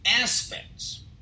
aspects